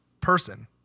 person